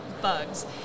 bugs